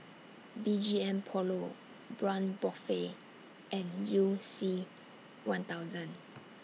B G M Polo Braun Buffel and YOU C one thousand